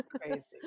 crazy